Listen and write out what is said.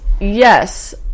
yes